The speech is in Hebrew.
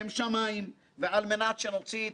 מנהלת ועדת הכלכלה שאין שנייה לה,